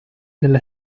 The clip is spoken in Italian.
della